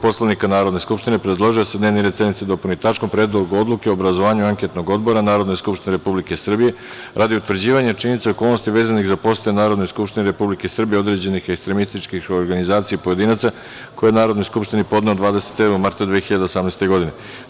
Poslovnika Narodne skupštine predložio je da se dnevni red sednice dopuni tačkom – Predlog odluke o obrazovanju anketnog odbora Narodne skupštine Republike Srbije, radi utvrđivanja činjenice i okolnosti vezanih za posete Narodnoj skupštini Republike Srbije određenih ekstremističkih organizacija i pojedinaca, koji je Narodnoj skupštini podneo 27. marta 2018. godine.